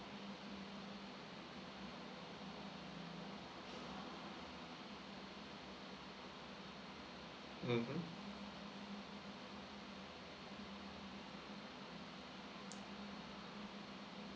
mmhmm